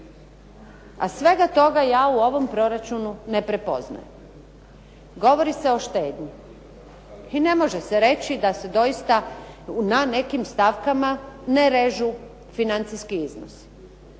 A svega toga ja u ovom proračunu ne prepoznajem. Govori se o štednji i ne može se reći da se doista na nekim stavkama ne reže financijski iznos.